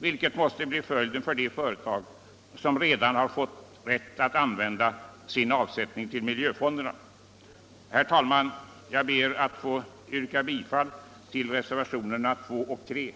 vilket måste bli följden för de företag som redan fått rätt att använda sin avsättning till miljöfonderna. Herr talman! Jag ber att få yrka bifall till reservationerna 2 och 3.